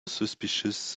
suspicious